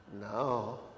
No